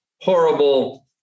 horrible